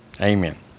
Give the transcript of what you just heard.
Amen